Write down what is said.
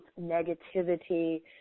negativity